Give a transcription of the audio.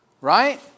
right